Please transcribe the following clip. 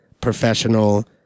professional